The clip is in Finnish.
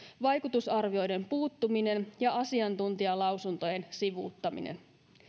vaikutusarvioiden puuttuminen ja asiantuntijalausuntojen sivuuttaminen